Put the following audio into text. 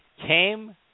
came